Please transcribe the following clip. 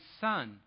son